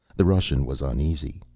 the russian was uneasy.